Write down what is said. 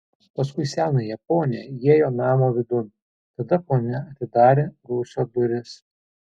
paskui senąją ponią įėjo namo vidun tada ponia atidarė rūsio duris